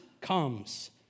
comes